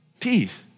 Peace